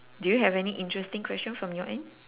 do you have any interesting question from your end